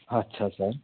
ਅੱਛਾ ਸਰ